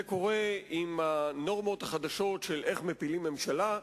זה קורה עם הנורמות החדשות של איך מפילים ממשלה,